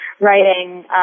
writing